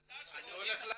אני עומד לתת.